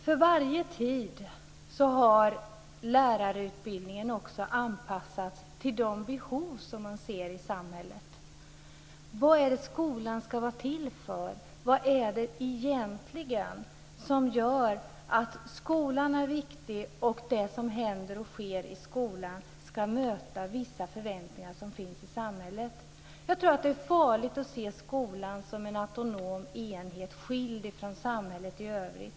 För varje tid har lärarutbildningen också anpassats till de behov som finns i samhället. Vad ska skolan vara till för? Vad är det egentligen som gör att skolan är viktig? Det som händer och sker i skolan ska möta vissa förväntningar som finns i samhället. Jag tror att det är farligt att se skolan som en autonom enhet skild från samhället i övrigt.